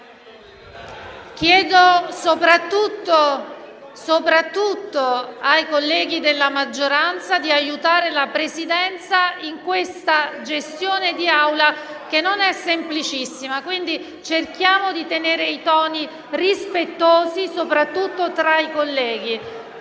Chiedo soprattutto ai colleghi della maggioranza di aiutare la Presidenza in questa gestione dei lavori di Assemblea, che non è semplicissima. Cerchiamo di mantenere toni rispettosi, soprattutto tra i colleghi,